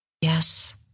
Yes